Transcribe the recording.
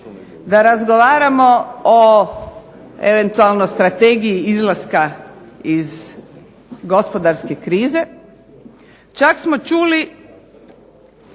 da razgovaramo o eventualno strategiji izlaska iz gospodarske krize. Čak smo čuli